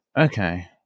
Okay